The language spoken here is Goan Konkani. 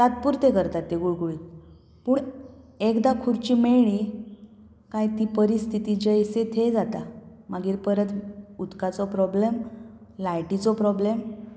तात्पुरते करतात ते गुळगुळीत पूण एकदा खुर्ची मेळ्ळी काय ती परिस्थिती जैसी थी जाता मागीर परत उदकाचो प्रोबलेम लायटीचो प्रोबलेम